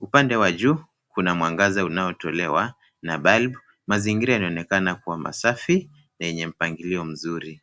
Upande wa juu kuna mwangaza unaotolewa na bulb[cs. Mazingira inaonekana kuwa masafi na yenye mpangilio mzuri.